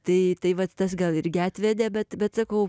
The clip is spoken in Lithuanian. tai tai vat tas gal irgi atvedė bet bet sakau